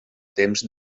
temps